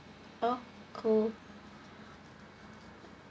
oh cool